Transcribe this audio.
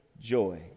joy